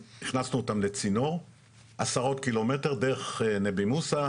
הכנסנו אותם לצינור של עשרות קילומטר דרך נבי מוסא,